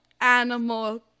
animal